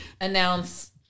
announce